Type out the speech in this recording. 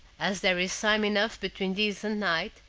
as there is time enough between this and night,